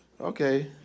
Okay